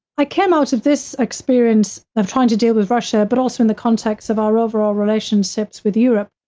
i came out of this experience of trying to deal with russia, but also in the context of our overall relationships with europe,